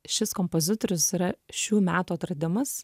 šis kompozitorius yra šių metų atradimas